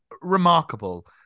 remarkable